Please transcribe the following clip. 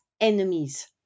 enemies